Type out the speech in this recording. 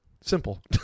Simple